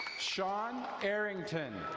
shawn arrington.